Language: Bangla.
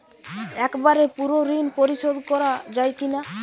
একবারে পুরো ঋণ পরিশোধ করা যায় কি না?